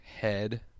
head